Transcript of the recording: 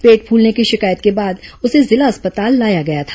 पेट फूलने की शिकायत के बाद उसे जिला अस्पताल लाया गया था